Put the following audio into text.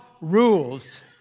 rules